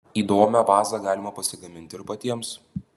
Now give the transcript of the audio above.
įdomią vazą galima pasigaminti ir patiems